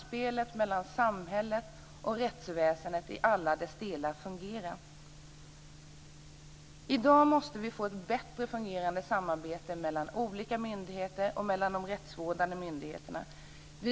I dag måste vi få ett bättre fungerande samarbete mellan olika myndigheter och mellan de rättsvårdande myndigheterna.